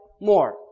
More